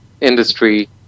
industry